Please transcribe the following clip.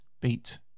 beat